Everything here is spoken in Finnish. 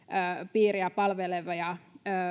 piiriä palvelevia